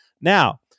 Now